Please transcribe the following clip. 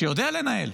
שיודע לנהל.